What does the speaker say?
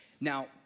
now